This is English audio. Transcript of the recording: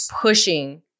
pushing